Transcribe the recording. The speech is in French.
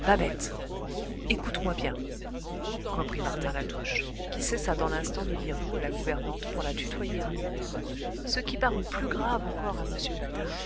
babette écoute-moi bien reprit martin latouche qui cessa dans l'instant de dire vous à la gouvernante pour la tutoyer à nouveau ce qui parut plus grave encore à m patard